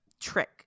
trick